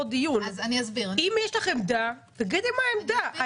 אם יש לך עמדה תגידי מה העמדה.